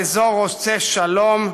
האזור רוצה שלום,